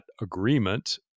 agreement